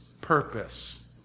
purpose